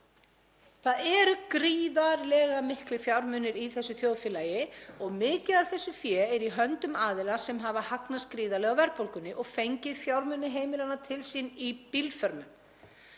Það eru gríðarlega miklir fjármunir til í þessu þjóðfélagi og mikið af því fé er í höndum aðila sem hafa hagnast gríðarlega á verðbólgunni og fengið fjármuni heimilanna til sín í bílförmum.